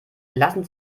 lassen